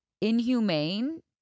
inhumane